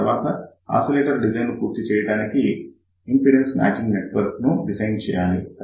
ఆ తర్వాత oscillator design పూర్తిచేయడానికి ఇంపిడెన్స్ మాచింగ్ నెట్వర్క్ డిజైన్ చేయాలి